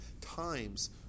times